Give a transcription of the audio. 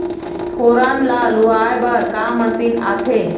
फोरन ला लुआय बर का मशीन आथे?